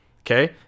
okay